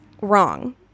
wrong